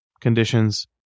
conditions